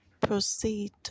proceed